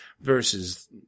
versus